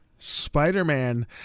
Spider-Man